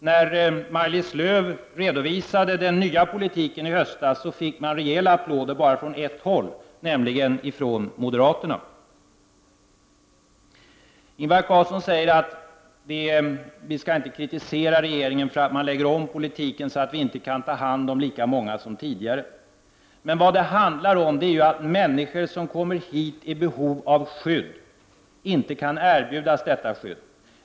När Maj-Lis Lööw i höstas redovisade den nya politiken fick hon rejäla applåder bara från ett håll, nämligen från moderaterna. Ingvar Carlsson säger att vi inte skall kritisera regeringen för att den lägger om politiken och för att vi därmed inte kan ta hand om lika många flyktingar som tidigare. Men vad det handlar om är att människor som kommer hit i behov av skydd inte kan erbjudas detta skydd.